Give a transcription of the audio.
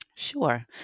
Sure